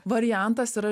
variantas yra